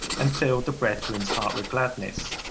and filled the brethren's heart with gladness.